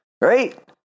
right